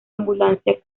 ambulancia